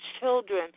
children